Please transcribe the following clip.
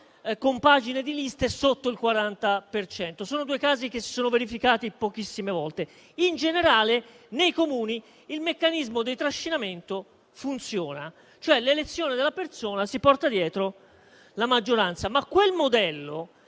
compagine di liste sotto il 40 per cento. Sono due casi che si sono verificati pochissime volte. In generale, nei Comuni il meccanismo del trascinamento funziona: l'elezione della persona, cioè, si porta dietro la maggioranza.